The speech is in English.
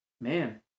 Man